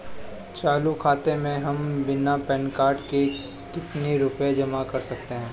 चालू खाता में हम बिना पैन कार्ड के कितनी रूपए जमा कर सकते हैं?